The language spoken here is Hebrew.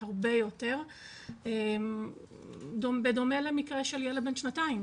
הרבה יותר בדומה למקרה של ילד בן שנתיים